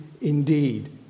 indeed